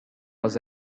was